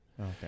Okay